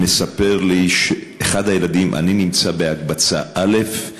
ומספר לי אחד מהם: אני נמצא בהקבצה א';